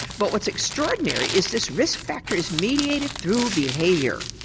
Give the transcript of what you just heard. but what is extraordinary is this risk factor is mediated through behaviour.